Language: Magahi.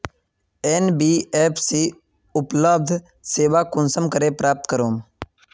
एन.बी.एफ.सी उपलब्ध सेवा कुंसम करे प्राप्त करूम?